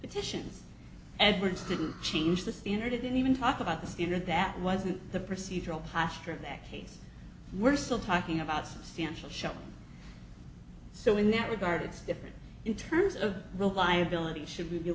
titians edwards didn't change the standard and even talk about the standard that wasn't the procedural posture in that case we're still talking about substantial shop so in that regard it's different in terms of reliability should we be